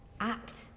Act